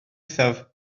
ddiwethaf